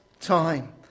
time